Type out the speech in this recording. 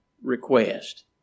Request